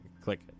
click